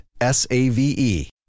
S-A-V-E